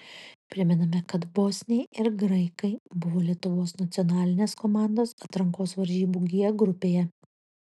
primename kad bosniai ir graikai buvo lietuvos nacionalinės komandos atrankos varžybų g grupėje